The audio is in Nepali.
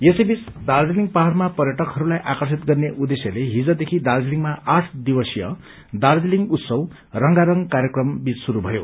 यसैबीच दार्जीलिङ पहाडमा पर्यटकहरूलाई आर्कषित गन्ने उद्देश्यले हिज देखि दार्जीलिङमा आठ दिसीय दार्जीलिङ उत्सव रंगारंग कार्यक्रम बीच शुरू भयो